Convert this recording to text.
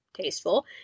tasteful